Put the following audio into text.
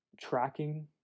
tracking